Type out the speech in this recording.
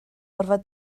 orfod